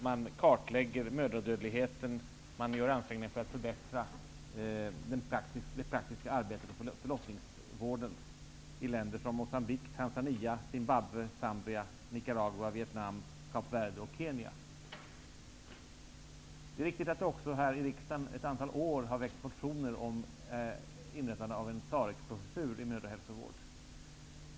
Man kartlägger mödradödligheten och man gör ansträngningar för att förbättra det praktiska arbetet inom förlossningsvården i länder som Mocambique, Det är också riktigt att det här i riksdagen under ett antal år har väckts motioner om inrättande av en SAREC-professur i mödrahälsovård.